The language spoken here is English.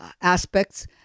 aspects